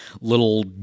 little